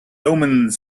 omens